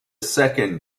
second